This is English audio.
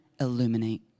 illuminate